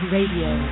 Radio